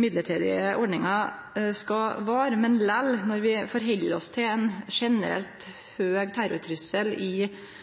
midlertidige ordninga skal vare. Men når vi ser ein generelt høg terrortrussel i